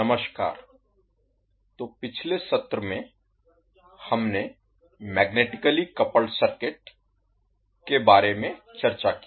नमस्कार तो पिछले सत्र में हमने मैग्नेटिकली कपल्ड सर्किट के बारे में चर्चा की